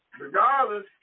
regardless